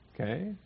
okay